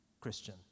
Christian